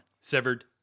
severed